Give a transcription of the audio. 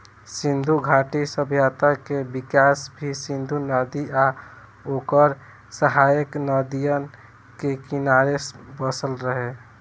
सिंधु घाटी सभ्यता के विकास भी सिंधु नदी आ ओकर सहायक नदियन के किनारे बसल रहे